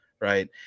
right